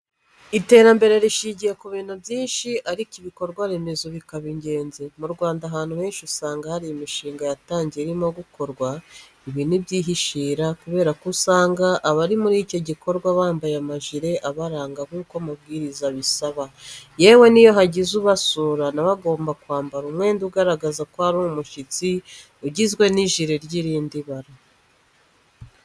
Iterambere rishingira ku bintu byinshi, ariko ibikorwa remezo bikaba ingenzi. Mu Rwanda ahantu henshi usanga hari imishinga yatangiye irimo gukorwa. Ibi ntibyihishira kubera ko usanga abari muri icyo gikorwa bambaye amajiire abaranga nk'uko amabwiriza abisaba. Yewe n'iyo hagize ubasura na we agomba kwambara umwenda ugaragaza ko ari umushyitsi ugizwe n'ijire ry'irindi bara.